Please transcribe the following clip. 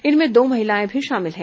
इनमें दो महिलाएं भी शामिल हैं